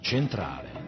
Centrale